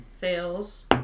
Fails